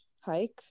hike